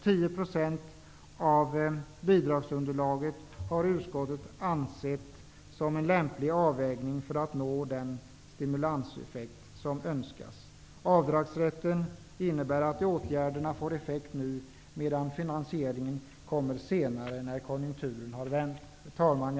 10 % av bidragsunderlaget har utskottet ansett vara en lämplig avvägning för att nå den stimulanseffekt som önskas. Avdragsrätten innebär att åtgärden får effekt nu, medan finansieringen kommer senare när konjunkturen har vänt. Herr talman!